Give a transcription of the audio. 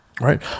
Right